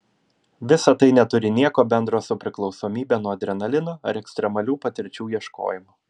visa tai neturi nieko bendro su priklausomybe nuo adrenalino ar ekstremalių patirčių ieškojimu